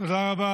--- תודה רבה.